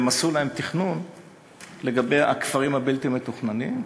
והם עשו להם תכנון לגבי הכפרים הבלתי-מתוכננים,